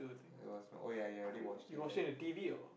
I was oh ya you already watched it right